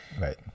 right